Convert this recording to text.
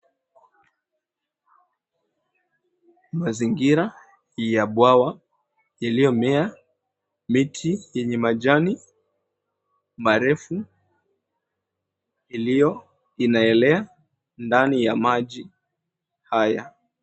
Mazingira ya bwawa iliyomea miti yenye majani marefu iliyo inaelea ndani ya maji haya.